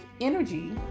energy